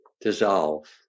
dissolve